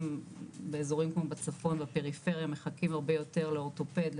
באזורים כמו בצפון בפריפריה מחכים הרבה יותר לאורטופד,